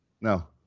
No